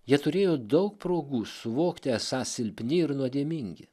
jie turėjo daug progų suvokti esą silpni ir nuodėmingi